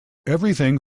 everything